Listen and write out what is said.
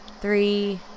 Three